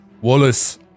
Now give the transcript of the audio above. Wallace